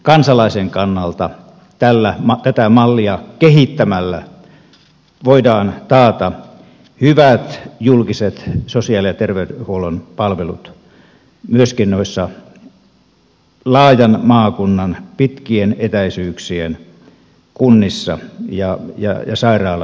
kansalaisen kannalta tätä mallia kehittämällä voidaan taata hyvät julkiset sosiaali ja terveydenhuollon palvelut myöskin noissa laajan maakunnan pitkien etäisyyksien kunnissa ja sairaalan välillä